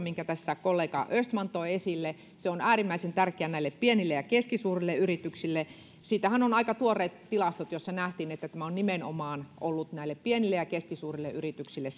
minkä poiston tässä kollega östman toi esille on äärimmäisen tärkeä näille pienille ja keskisuurille yrityksille siitähän on aika tuoreet tilastot joista nähtiin että tämä on ollut nimenomaan näille pienille ja keskisuurille yrityksille